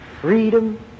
freedom